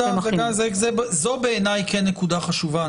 זו בעיניי כן נקודה חשובה.